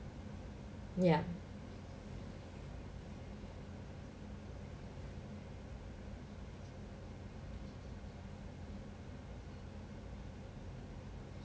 ya